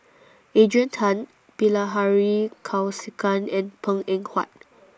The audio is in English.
Adrian Tan Bilahari Kausikan and Png Eng Huat